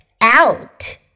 out